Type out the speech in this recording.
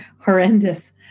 horrendous